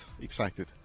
excited